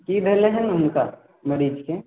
की भेलै हन हुनका मरीजके